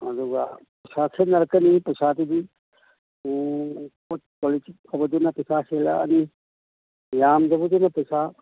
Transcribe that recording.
ꯑꯗꯨꯒ ꯄꯩꯁꯥ ꯈꯦꯠꯅꯔꯛꯀꯅꯤ ꯄꯩꯁꯥꯗꯨꯗꯤ ꯄꯣꯠ ꯀ꯭ꯋꯥꯂꯤꯇꯤ ꯐꯕꯗꯨꯅ ꯄꯩꯁꯥ ꯍꯦꯜꯂꯛꯑꯅꯤ ꯌꯥꯝꯗꯕꯗꯨꯅ ꯄꯩꯁꯥ